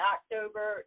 October